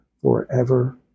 forever